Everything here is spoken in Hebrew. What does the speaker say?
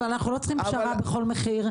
אבל אנחנו לא צריכים פשרה הכל מחיר.